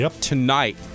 tonight